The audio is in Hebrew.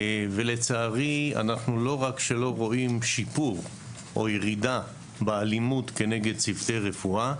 ולצערי אנחנו לא רק שלא רואים שיפור או ירידה באלימות כנגד צוותי רפואה,